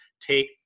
take